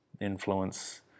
influence